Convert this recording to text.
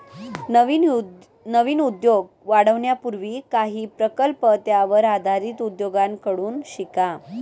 नवीन उद्योग वाढवण्यापूर्वी काही प्रकल्प त्यावर आधारित उद्योगांकडून शिका